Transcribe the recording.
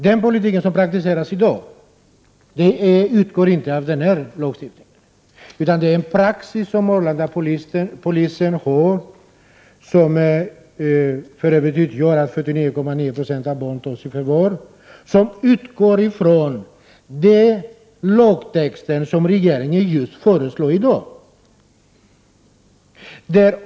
Den politik som praktiseras i dag utgår inte från denna lagstiftning. Arlandapolisen använder sig av en praxis, som innebär att 49,9 96 av barnen tas i förvar. Denna praxis tillämpas med utgångspunkt i den lagtext som regeringen föreslår i dag.